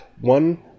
One